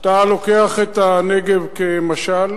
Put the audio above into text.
כשאתה לוקח את הנגב כמשל,